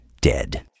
dead